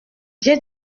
j’ai